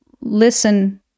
listen